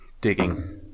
digging